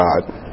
God